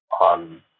on